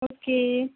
okay